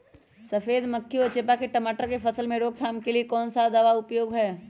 सफेद मक्खी व चेपा की टमाटर की फसल में रोकथाम के लिए कौन सा दवा उपयुक्त है?